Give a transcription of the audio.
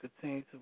continue